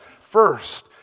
first